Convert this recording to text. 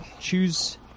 choose